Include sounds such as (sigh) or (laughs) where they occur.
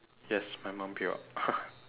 yes my mum peel out (laughs)